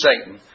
Satan